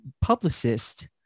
publicist